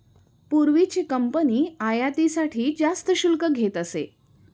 पूर्वीची कंपनी आयातीसाठी जास्त शुल्क घेत असे